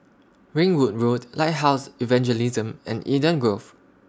Ringwood Road Lighthouse Evangelism and Eden Grove